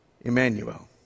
Emmanuel